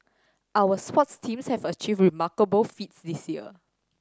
our sports teams have achieved remarkable feats this year